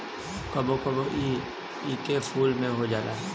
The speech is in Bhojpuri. कबो कबो इ एके फूल में हो जाला